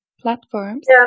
platforms